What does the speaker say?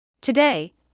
today